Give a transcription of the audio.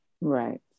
Right